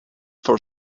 for